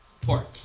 Pork